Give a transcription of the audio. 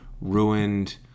ruined